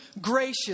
gracious